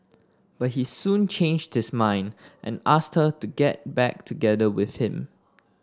but he soon changed his mind and asked her to get back together with him